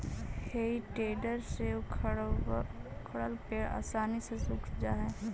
हेइ टेडर से उखाड़ल पेड़ आसानी से सूख जा हई